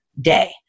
day